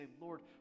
Lord